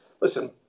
listen